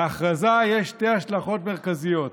להכרזה יש שתי השלכות מרכזיות: